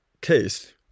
case